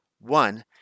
One